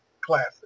classic